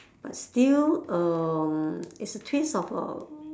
but still um it's a twist of uh